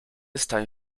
stają